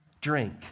drink